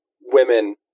women